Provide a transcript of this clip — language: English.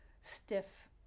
stiff